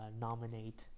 nominate